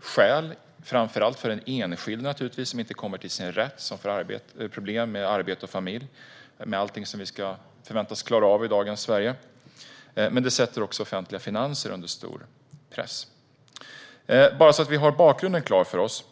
skäl, framför allt naturligtvis för den enskilda som inte kommer till sin rätt och som får problem med arbete och familj och med allt som vi i dagens Sverige förväntas klara av. Men det sätter också de offentliga finanserna under stor press. Jag vill nämna några saker bara för att vi ska ha bakgrunden klar för oss.